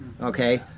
okay